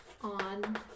on